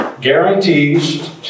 guarantees